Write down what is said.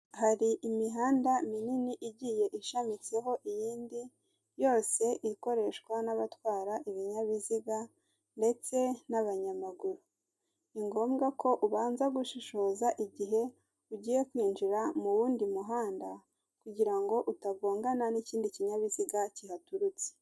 Hari imihanda minini igiye ishimiho iyindi yose ikoreshwa n'abatwara ibinyabiziga ndetse n'abanyamaguru. Ni ngombwa ko ubanza gushishoza igihe ugiye kwinjira mu wundi muhanda kugira ngo utagongana n'ikindi kinyabiziga kihaturutse.